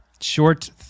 short